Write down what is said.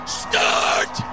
start